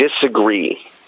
disagree